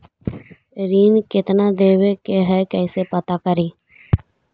ऋण कितना देवे के है कैसे पता करी?